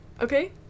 Okay